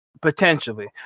potentially